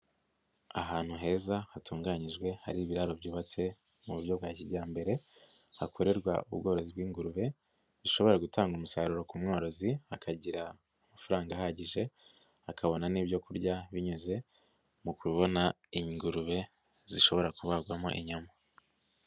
Ahantu heza hatunganyijwe hari ibiraro byubatse mu buryo bwa kijyambere hakorerwa ubworozi bw'ingurube zishobora gutanga umusaruro ku mworozi akagira amafaranga ahagije, akabona n'ibyo kurya binyuze mu kubona ingurube zishobora kubagwamo inyama.